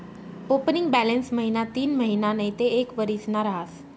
opening balance महिना तीनमहिना नैते एक वरीसना रहास